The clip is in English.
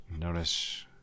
notice